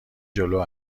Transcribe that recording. جلو